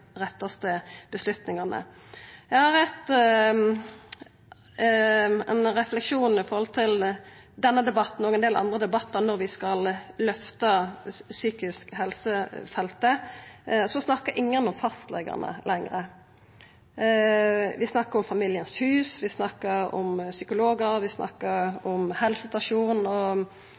Eg har ein refleksjon om denne debatten og ein del andre debattar vi har for å løfta psykisk helsefeltet. Ingen snakkar om fastlegane lenger. Vi snakkar om Familiens hus, vi snakkar om psykologar, vi snakkar om helsestasjonar og